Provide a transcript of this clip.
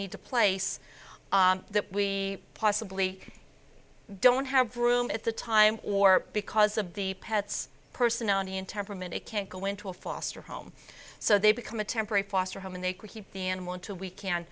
need to place that we possibly don't have room at the time or because of the pets personality and temperament and can't go into a foster home so they become a temporary foster home and they keep the animal until we can